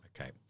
Okay